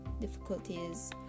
difficulties